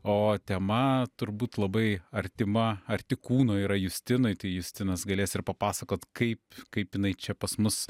o tema turbūt labai artima arti kūno yra justinui tai justinas galės ir papasakot kaip kaip jinai čia pas mus